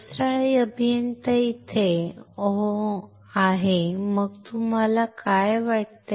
दुसरा अभियंता इथे आहेमग तुला काय वाटते